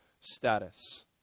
status